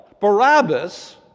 Barabbas